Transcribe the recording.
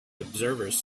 observers